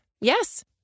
Yes